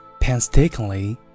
painstakingly